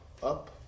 up